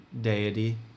deity